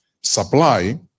supply